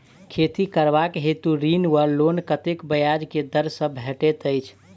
खेती करबाक हेतु ऋण वा लोन कतेक ब्याज केँ दर सँ भेटैत अछि?